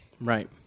Right